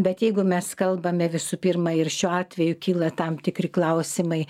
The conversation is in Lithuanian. bet jeigu mes kalbame visų pirma ir šiuo atveju kyla tam tikri klausimai